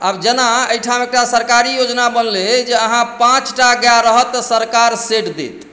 आब जेना एहिठाम एकटा सरकारी योजना बनलै जे अहाँ पांँचटा गाय रहत तऽ सरकार शेड देत